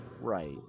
Right